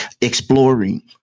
exploring